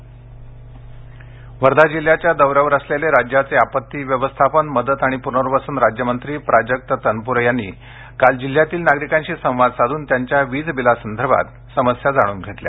वर्धा वीज तक्रारी वर्धा जिल्ह्याच्या दौर्यावर असलेले राज्याचे आपत्ती व्यवस्थापन मदत आणि प्नर्वसन राज्यमंत्री प्राजक्त तनप्रे यांनी काल जिल्ह्यातील नागरिकांशी संवाद साधून त्यांच्या वीज बिलासंदर्भातील समस्या जाणून घेतल्या